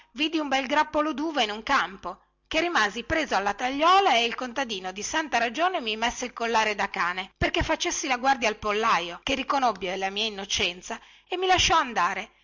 vidi un bel grappolo duva in un campo che rimasi preso alla tagliola e il contadino di santa ragione mi messe il collare da cane perché facessi la guardia al pollaio che riconobbe la mia innocenza e mi lasciò andare